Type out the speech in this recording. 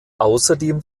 außerdem